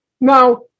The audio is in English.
Now